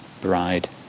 Bride